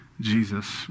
Jesus